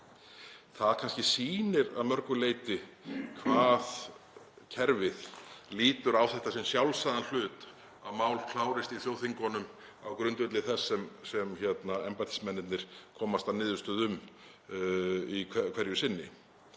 kannski að mörgu leyti hvað kerfið lítur á það sem sjálfsagðan hlut að mál klárist í þjóðþingunum á grundvelli þess sem embættismennirnir komast að niðurstöðu um hverju sinni.